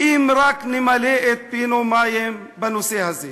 אם רק נמלא פינו מים בנושא הזה.